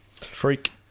Freak